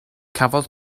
cafodd